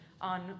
on